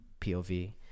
POV